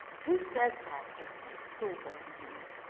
who says that during a school board meeting?